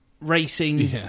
racing